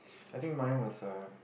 I think mine was a